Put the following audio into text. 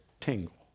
tingle